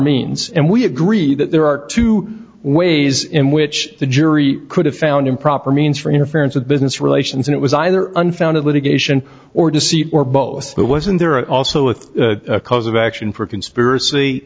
means and we agree that there are two ways in which the jury could have found improper means for interference with business relations it was either unfounded litigation or deceit or both it was in there are also a cause of action for conspiracy